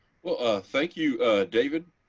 well thank you david.